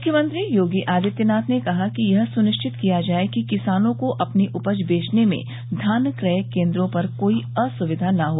मूख्यमंत्री योगी आदित्यनाथ ने कहा है कि यह सुनिश्चित किया जाये कि किसानों को अपनी उपज बेचने में धान क्रय केन्द्रों पर कोई असुविधा न हो